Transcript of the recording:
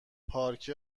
پارکه